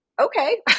Okay